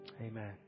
amen